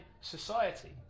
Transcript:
society